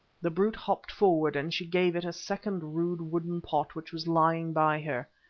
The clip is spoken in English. the brute hopped forward, and she gave it a second rude wooden pot which was lying by her.